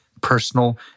personal